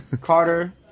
Carter